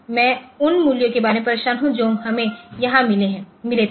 मैं उन मूल्यों के बारे में परेशान हूं जो हमें यहां मिले थे